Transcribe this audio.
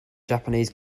japanese